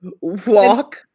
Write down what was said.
walk